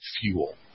fuel